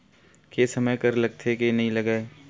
के समय कर लगथे के नइ लगय?